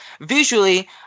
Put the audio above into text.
Visually